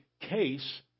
case